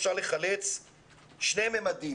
אפשר לחלץ שני ממדים,